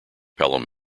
pelham